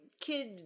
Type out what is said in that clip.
kid